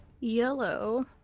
Yellow